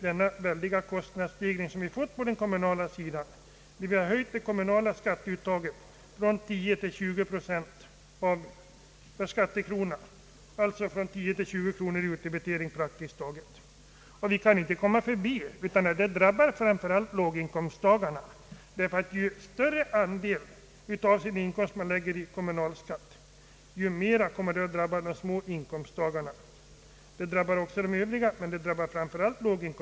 Den väldiga kostnadsstegringen har gjort att det kommunala skatteuttaget har fått lov att höjas från 10 till 20 kronor, Vi kan inte komma förbi att det drabbar framför allt de lägre inkomsttagarna; ju större andel av inkomsten som faller på kommunalskatten desto mera drabbas just de små inkomsttagarna, även om också de andra drabbas mycket hårt.